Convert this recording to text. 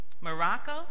Morocco